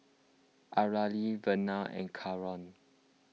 Areli Vernia and Keyon